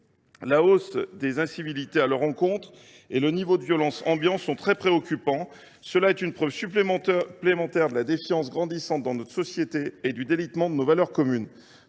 La hausse des incivilités à l’encontre de ces derniers et le niveau de violence ambiant sont très préoccupants. Ces phénomènes constituent une preuve supplémentaire de la défiance grandissante dans notre société et du délitement de nos valeurs communes.